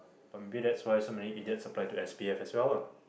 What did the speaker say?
orh maybe that's why so many idiots apply to S_P_F as well lah